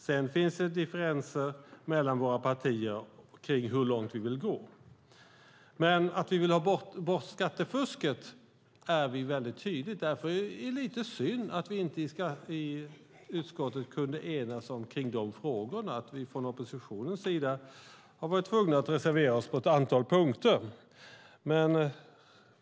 Sedan finns det differenser mellan våra partier kring hur långt vi vill gå. Men att vi vill ha bort skattefusket är vi väldigt tydliga med. Därför är det lite synd att vi i utskottet inte kunde enas kring de frågorna och att vi från oppositionens sida har varit tvungna att reservera oss på ett antal punkter.